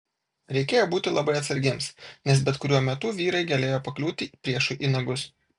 reikėjo būti labai atsargiems nes bet kuriuo metu vyrai galėjo pakliūti priešui į nagus